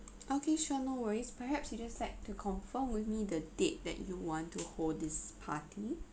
okay sure no worries perhaps you just like to confirm with me the date that you want to hold this party